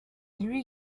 lui